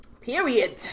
Period